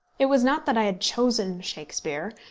it was not that i had chosen shakespeare,